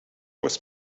was